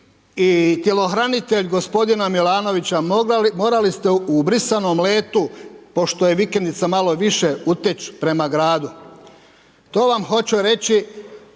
i tjelohranitelj gospodina Milanovića, morali ste u brisanom letu pošto je vikendica malo više uteći prema gradu. To vam hoću reći,